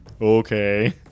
Okay